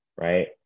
right